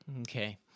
Okay